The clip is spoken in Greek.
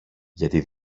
γιατί